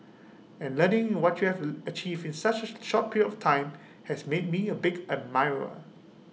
and learning what you have achieved in such A short period of time has made me A big admirer